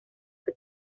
que